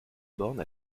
borne